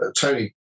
tony